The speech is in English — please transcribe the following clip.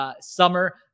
summer